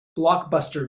blockbuster